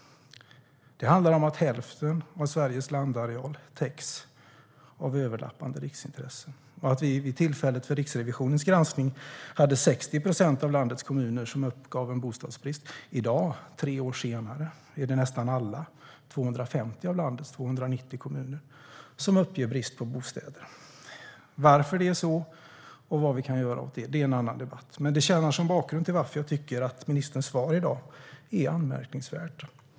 Hälften av Sveriges landareal täcks av överlappande riksintressen. Vid tillfället för Riksrevisionens granskning uppgav 60 procent av landets kommuner bostadsbrist. I dag, tre år senare, uppger nästan alla, 250 av landets 290 kommuner, brist på bostäder. Varför det är så och vad vi kan göra åt det är en annan debatt. Men detta tjänar som bakgrund till varför jag tycker att ministerns svar i dag är anmärkningsvärt.